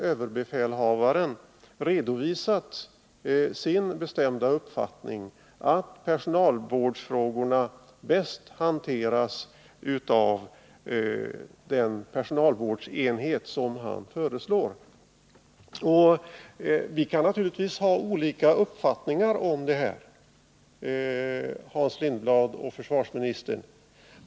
Överbefälhavaren har redovisat sin bestämda uppfattning att personalvårdsfrågorna bäst hanteras av den personalvårdsenhet han föreslår. Vi kan naturligtvis ha olika uppfattningar om detta, Hans Lindblad och försvarsministern.